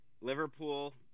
Liverpool